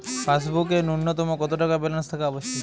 পাসবুকে ন্যুনতম কত টাকা ব্যালেন্স থাকা আবশ্যিক?